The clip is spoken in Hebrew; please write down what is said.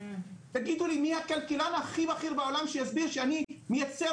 תגידו לי מי הכלכלן הכי בכיר בעולם שיסביר שאני מייצר